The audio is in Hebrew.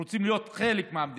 אנחנו רוצים להיות חלק מהמדינה.